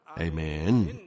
Amen